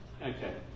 Okay